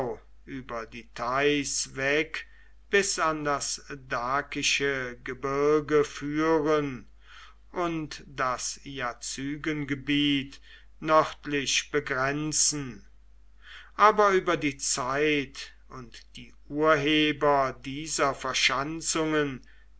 über die theiß weg bis an das dakische gebirge führen und das jazygengebiet nördlich begrenzen aber über die zeit und die urheber dieser verschanzungen